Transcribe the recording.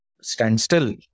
standstill